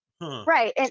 Right